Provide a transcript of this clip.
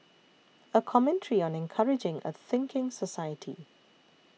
a commentary on encouraging a thinking society